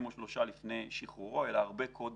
או שלשוה לפני שחרור אלא הרבה קודם.